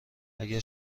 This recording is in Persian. اگر